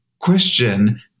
question